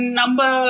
number